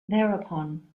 thereupon